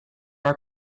are